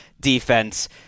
defense